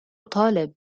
طالب